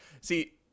See